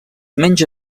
menja